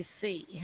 see